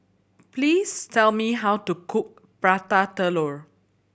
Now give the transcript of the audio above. please tell me how to cook Prata Telur